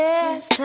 Yes